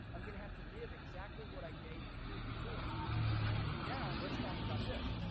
i'm gonna have to give exactly what i gave the year before now let's talk about this.